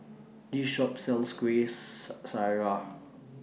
This Shop sells Kueh Syara